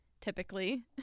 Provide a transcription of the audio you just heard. typically